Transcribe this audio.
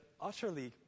utterly